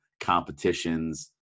competitions